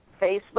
Facebook